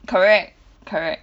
correct correct